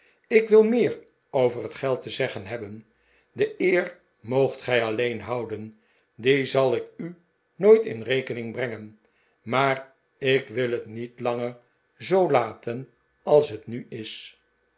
ik wil meer over het geld te zeggen hebben de eer moogt gij alleen houden die zal ik u nooit in rekening brengen maar ik wil het niet langer zoo laten als het nu is